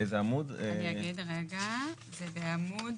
זה בעמוד